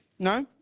no?